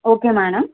okay madam